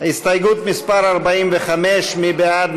הסתייגות מס' 45. מי בעד?